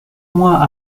mois